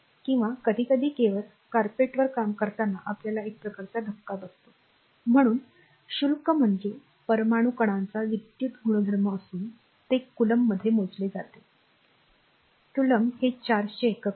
किंवा कधीकधी केवळ कार्पेटवर काम करताना आपल्याला एक प्रकारचा धक्का बसतो म्हणूनच शुल्क म्हणजे परमाणु कणांचा विद्युत गुणधर्म असून ते कोलॉम्बमध्ये मोजले जाते क्युलॉम्ब हे चार्जचे एकक आहे